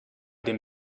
dem